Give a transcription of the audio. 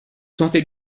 sentez